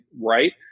right